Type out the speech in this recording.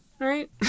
right